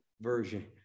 version